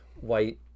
white